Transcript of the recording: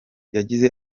yagize